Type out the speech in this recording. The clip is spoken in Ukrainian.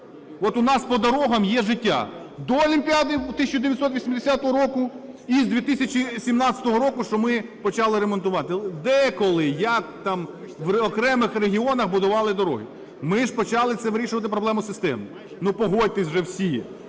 От у нас по дорогам є життя до Олімпіади 1980 року і з 2017 року, що ми почали ремонтувати. Деколи, як там, в окремих регіонах будували дороги. Ми ж почали це вирішувати цю проблему системно. Ну, погодьтесь вже всі,